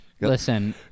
Listen